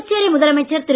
புதுச்சேரி முதலமைச்சர் திரு